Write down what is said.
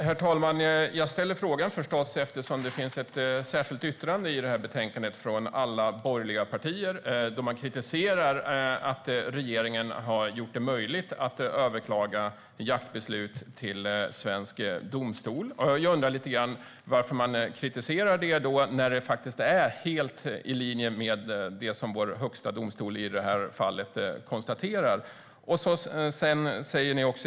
Herr talman! Jag ställde förstås frågan eftersom det i betänkandet finns ett särskilt yttrande från alla borgerliga partier. Man kritiserar att regeringen har gjort det möjligt att överklaga jaktbeslut i svensk domstol. Varför kritiserar ni det när det är helt i linje med vad Högsta förvaltningsdomstolen slår fast?